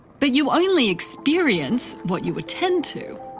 but you only experience what you attend to.